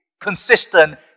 consistent